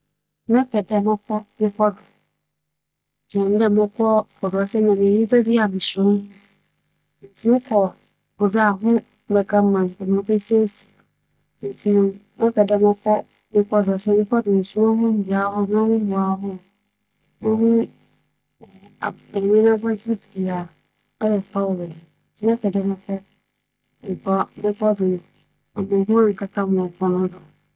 Mepɛ po kyɛn abotan siantsir nye dɛ po a ͻda hͻ yi no mu na wiadze nyinara yi nam dzi, ͻsan so yɛ kwan kor a ͻma nkorͻfo bi tse dɛ apofo na hͻn a wͻtͻn nam nyinara nya edwuma yɛ. No mu so na nkorͻfo tu nkyen. Mpɛn pii no mpoano ahorow no wonya edzidzibea na adze wͻ hͻ a nkorͻfo kɛgye hͻn enyi wͻ hͻ.